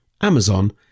Amazon